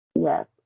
Yes